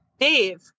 Dave